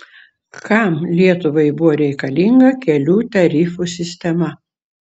kam lietuvai buvo reikalinga kelių tarifų sistema